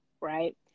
right